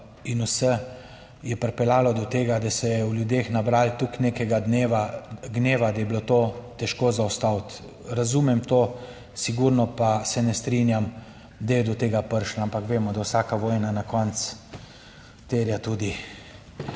in vse je pripeljalo do tega, da se je v ljudeh nabralo toliko nekega gneva, gneva, da je bilo to težko zaustaviti. Razumem to, sigurno pa se ne strinjam, da je do tega prišlo, ampak vemo, da vsaka vojna na koncu terja tudi